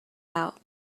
out